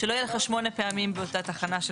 שלא יהיה מצב כזה שמונה פעמים באותה תחנה של